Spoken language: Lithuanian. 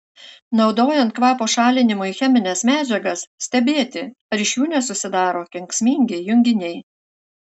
naudojant kvapo šalinimui chemines medžiagas stebėti ar iš jų nesusidaro kenksmingi junginiai